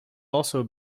also